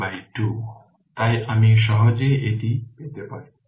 তাই আমি সহজেই এটি পেতে পারি